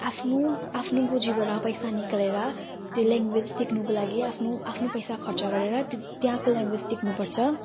आफ्नो आफ्नो गोजीबाट पैसा निकालेर त्यो ल्याङग्वेज सिक्नुको लागि आफ्नो आफ्नो पैसा खर्च गरेर त्यहाँको ल्याङग्वेज सिक्नुपर्छ